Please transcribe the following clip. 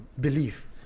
belief